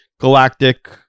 Galactic